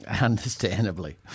Understandably